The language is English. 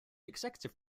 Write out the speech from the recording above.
executive